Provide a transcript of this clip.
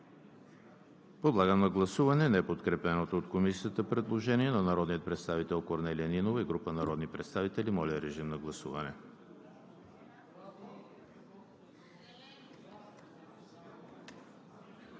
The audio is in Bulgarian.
Подлагам на гласуване неподкрепеното от Комисията предложение на народния представител Корнелия Нинова и група народни представители. Гласували